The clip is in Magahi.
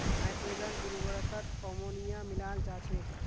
नाइट्रोजन उर्वरकत अमोनिया मिलाल जा छेक